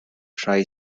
tri